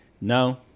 No